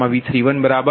01332 1